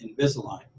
Invisalign